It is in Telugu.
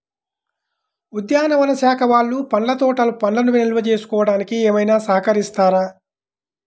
ఉద్యానవన శాఖ వాళ్ళు పండ్ల తోటలు పండ్లను నిల్వ చేసుకోవడానికి ఏమైనా సహకరిస్తారా?